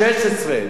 16,